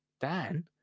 Dan